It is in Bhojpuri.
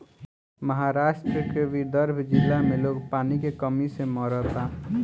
महाराष्ट्र के विदर्भ जिला में लोग पानी के कमी से मरता